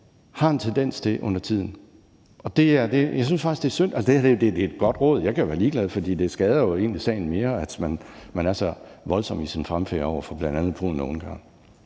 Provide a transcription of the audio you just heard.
det er synd, og det her er jo et godt råd. Jeg kan jo være ligeglad, for det skader jo egentlig sagen mere, hvis man er så voldsom i sin fremfærd over for bl.a. Polen og Ungarn.